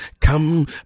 come